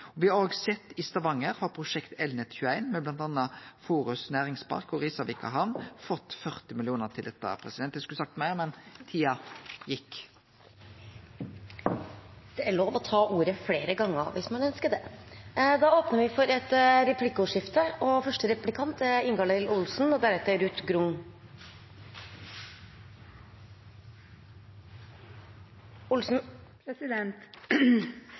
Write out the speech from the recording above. prosjekt Elnett21 i Stavanger, med bl.a. Forus Næringspark og Risavika Hamn, har fått 40 mill. kr til dette. Eg skulle ha sagt meir, men tida gjekk. Det er lov å ta ordet flere ganger, hvis man ønsker det. Det blir replikkordskifte. Sitatet «Alt henger sammen med alt» er